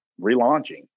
relaunching